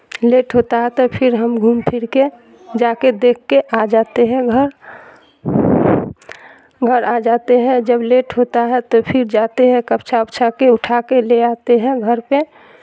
late ہوتا ہے تو پھر ہم گھوم پھر کے جا کے دیکھ کے آ جاتے ہیں گھر گھر آ جاتے ہیں جب لیٹ ہوتا ہے تو پھر جاتے ہے کپچھا اچھا کے اٹھا کے لے آتے ہیں گھر پہ